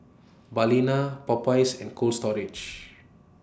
Balina Popeyes and Cold Storage